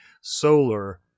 solar